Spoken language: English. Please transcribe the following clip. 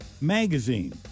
Magazine